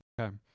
Okay